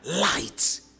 Light